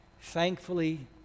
thankfully